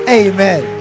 amen